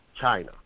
China